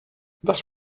that